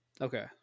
Okay